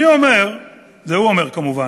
אני אומר" זה הוא אומר, כמובן,